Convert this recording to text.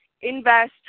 invest